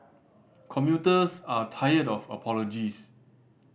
commuters are tired of apologies